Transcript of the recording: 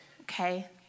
Okay